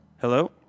Hello